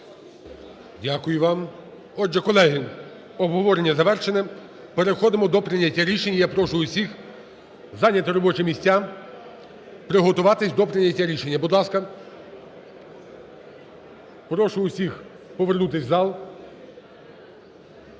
Дякую вам. Отже, колеги, обговорення завершене, переходимо до прийняття рішення. Я прошу всіх зайняти робочі місця, приготуватись до прийняття рішення. Будь ласка. Прошу всіх повернутися в зал